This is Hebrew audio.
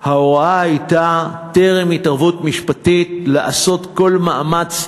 ההוראה הייתה טרם התערבות משפטית לעשות כל מאמץ,